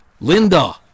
Linda